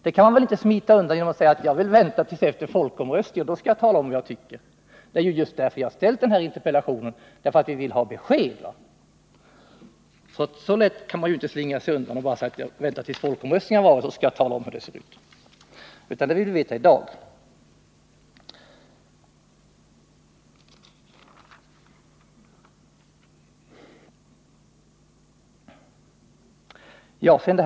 Man kan väl inte smita undan genom att säga att man vill vänta till efter folkomröstningen för att då tala om vad man tycker. Jag har ställt denna interpellation just på grund av att vi vill ha besked. Man kan då inte bara säga: Vänta tills folkomröstningen har varit, så skall jag tala om hur det ser ut! — Detta vill vi veta i dag!